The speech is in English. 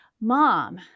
Mom